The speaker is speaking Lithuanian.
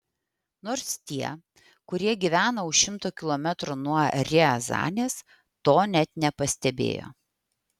nors tie kurie gyvena už šimto kilometrų nuo riazanės to net nepastebėjo